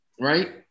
right